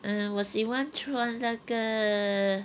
uh 我喜欢穿那个